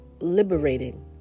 liberating